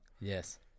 Yes